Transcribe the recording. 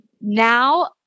now